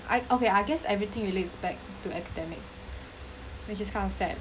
I okay I guess everything relates back to academics which is kind of sad